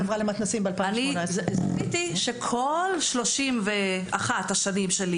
גיליתי שכל 31 השנים שלי